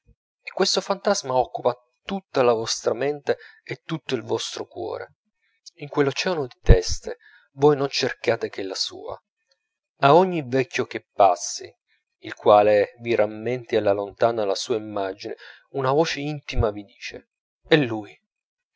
e questo fantasma occupa tutta la vostra mente e tutto il vostro cuore in quell'oceano di teste voi non cercate che la sua a ogni vecchio che passi il quale vi rammenti alla lontana la sua immagine una voce intima vi dice è lui